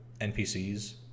NPCs